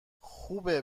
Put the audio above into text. خوبه